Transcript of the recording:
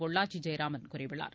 பொள்ளாச்சி ஜெயராமன் கூறியுள்ளார்